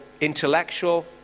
intellectual